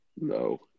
no